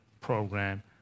program